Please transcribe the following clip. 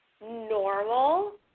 normal